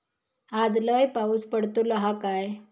आज लय पाऊस पडतलो हा काय?